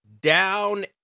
Down